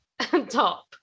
top